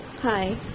Hi